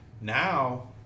now